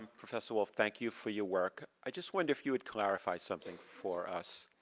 professor wolff, thank you for your work. i just wonder if you would clarify something for us.